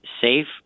safe